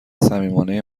صمیمانه